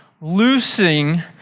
loosing